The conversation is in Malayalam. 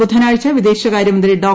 ബുധനാഴ്ച വിദേശകാര്യമന്ത്രി ഡോ